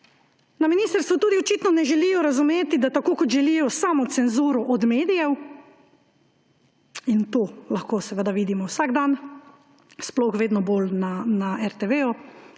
Na ministrstvu tudi očitno ne želijo razumeti, da tako kot želijo samocenzuro od medijev ‒ in to lahko seveda vidimo vsak dan, sploh vedno bolj na RTV –,